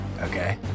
Okay